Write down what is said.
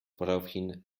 woraufhin